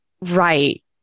right